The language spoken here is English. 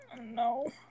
No